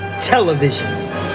television